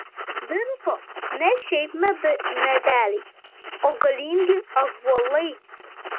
virto ne šiaip medeliai o galingi ąžuolai